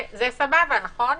זה סבבה, נכון?